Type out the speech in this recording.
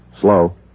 Slow